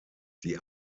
die